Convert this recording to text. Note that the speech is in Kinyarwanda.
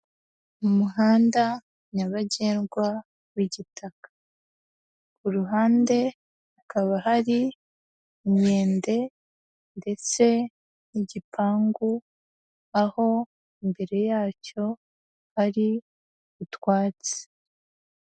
Mu muhanda nyabagendwa w'igitaka, ku ruhande hakaba hari inkende, ndetse n'igipangu, aho imbere yacyo hari utwatsi.